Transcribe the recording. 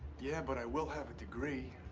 yeah, but i will have a degree.